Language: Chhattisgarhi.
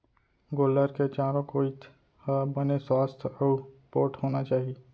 गोल्लर के चारों कोइत ह बने सुवास्थ अउ पोठ होना चाही